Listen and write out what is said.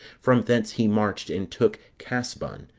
from thence he marched, and took casbon,